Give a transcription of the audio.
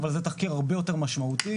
אבל זה תחקיר הרבה יותר משמעותי